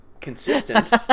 Consistent